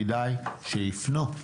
כדאי שייפנו,